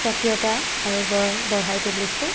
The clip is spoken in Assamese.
স্বকীয়তা আৰু বৰ বঢ়াই তুলিছে